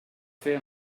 fer